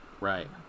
Right